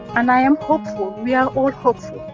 and i am hopeful. we are all hopeful.